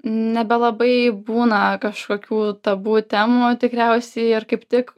nebelabai būna kažkokių tabu temų tikriausiai ir kaip tik